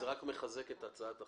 וזה רק מחזק את הצעת החוק,